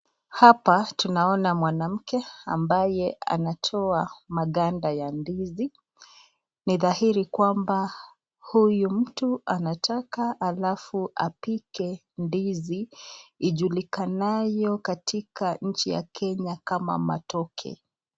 Hapa tunaona mwanamke ambaye anatoa maganda ya ndizi ni dhahiri kwamba huyu mtu anataka alafu apike ndizi ijulikanayo katika nchi ya Kenya kama matoke.